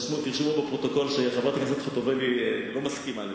תרשמו בפרוטוקול שחברת הכנסת חוטובלי לא מסכימה לזה.